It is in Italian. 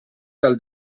dal